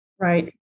Right